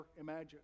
imagine